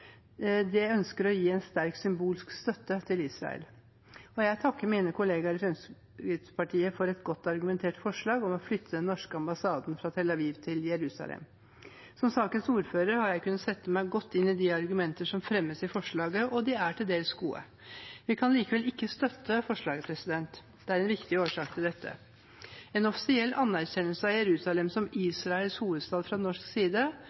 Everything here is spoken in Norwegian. sterk symbolsk støtte til Israel. Jeg takker mine kolleger i Fremskrittspartiet for et godt argumentert forslag om å flytte den norske ambassaden fra Tel Aviv til Jerusalem. Som sakens ordfører har jeg kunnet sette meg godt inn i de argumenter som fremmes i forslaget, og de er til dels gode. Vi kan likevel ikke støtte forslaget. Det er en viktig årsak til dette. En offisiell anerkjennelse av Jerusalem som Israels hovedstad fra norsk side